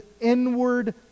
inward